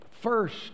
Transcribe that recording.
First